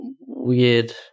weird